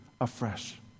afresh